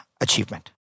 achievement